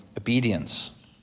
obedience